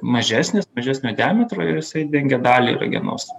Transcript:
mažesnis mažesnio diametro ir jisai dengia dalį ragenos